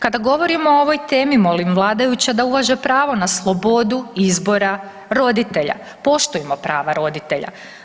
Kada govorimo o ovoj temi molim vladajuće da uvaže pravo na slobodu izbora roditelja, poštujmo prava roditelja.